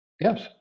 yes